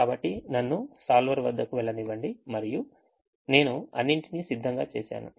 కాబట్టి నన్ను solver వద్దకు వెళ్ళనివ్వండి మరియు నేను అన్నింటినీ సిద్ధంగా చేసాను